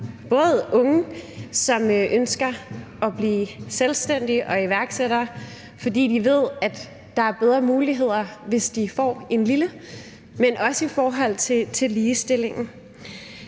for unge, som ønsker at blive selvstændige og iværksættere, fordi de ved, at der er bedre muligheder, hvis de får en lille, men også i forhold til ligestillingen.